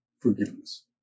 forgiveness